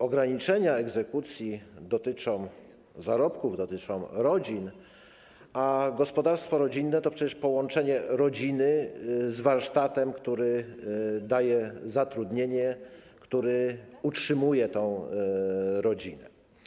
Ograniczenia egzekucji dotyczą zarobków, dotyczą rodzin, a gospodarstwo rodzinne to przecież połączenie rodziny z warsztatem, który daje zatrudnienie, który utrzymuje tę rodzinę.